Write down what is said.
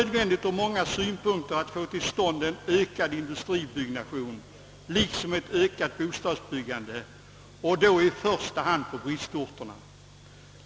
Det har ur många synpunkter varit nödvändigt att få till stånd ett ökat byggande av industrilokaler ävensom ett ökat bostadsbyggande, i första hand på bristorterna.